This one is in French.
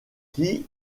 qui